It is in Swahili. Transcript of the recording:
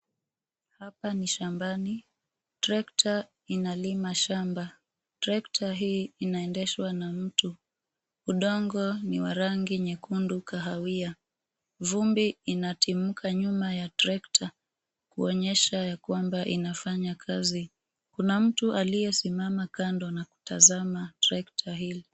Hapa ni shambani, trekta inalima shamba, trekta hii inaendeshwa na mtu. Udongo ni wa rangi nyekundu kahawia. Vumbi inatimuka nyuma ya trekta, kuonyesha ya kwamba inafanya kazi. Kuna mtu aliyesimama kando na kutazama trekta hilo.